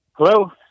Hello